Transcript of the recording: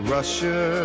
Russia